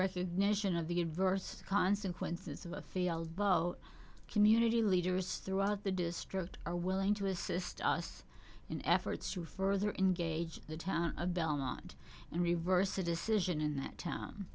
recognition of the adverse consequences of a field vote community leaders throughout the district are willing to assist us in efforts to further in gage the town of belmont and reverse a decision in that town